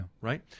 Right